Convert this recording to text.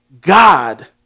God